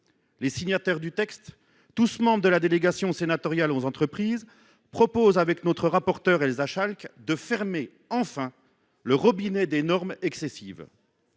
Ses signataires, tous membres de la délégation sénatoriale aux entreprises, proposent, avec notre rapporteure Elsa Schalck, de fermer enfin le robinet des normes excessives.